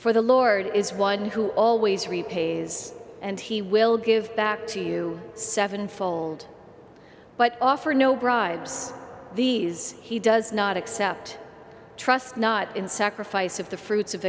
for the lord is one who always repays and he will give back to you seven fold but offer no bribes these he does not accept trust not in sacrifice of the fruits of